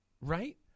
Right